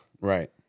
right